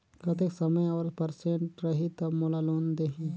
कतेक समय और परसेंट रही तब मोला लोन देही?